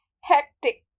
Hectic